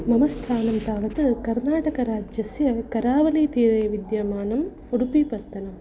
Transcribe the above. मम स्थानं तावत् कर्नाटकराज्यस्य करावलीतीरे विद्यमानम् उडुपिपत्तनं